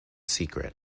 secret